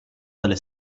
dalle